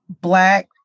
black